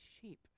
sheep